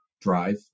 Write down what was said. drive